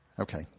Okay